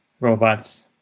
robots